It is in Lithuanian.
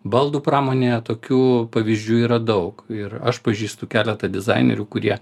baldų pramonėje tokių pavyzdžių yra daug ir aš pažįstu keletą dizainerių kurie